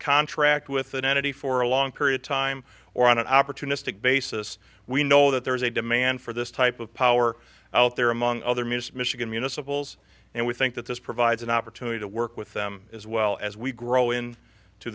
contract with an entity for a long period time or on an opportunistic basis we know that there is a demand for this type of power out there among other missed michigan municipal zx and we think that this provides an opportunity to work with them as well as we grow in to